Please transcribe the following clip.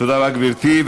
תודה רבה, גברתי.